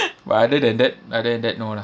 but other than that other than that no lah